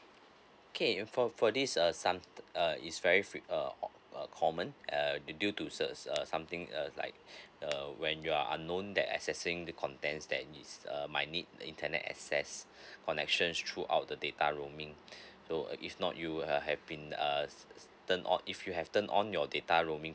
okay for for this uh some uh is very fre~ uh uh common err due due to so that's uh something uh like uh when you are unknown that accessing the contents that is uh might need the internet access connections throughout the data roaming so uh if not you uh have been uh turn on if you have turn on your data roaming